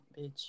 bitch